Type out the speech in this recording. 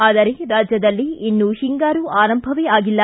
ಆದರೆ ರಾಜ್ಜದಲ್ಲಿ ಇನ್ನು ಹಿಂಗಾರು ಆರಂಭವೇ ಆಗಿಲ್ಲ